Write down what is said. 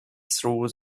threw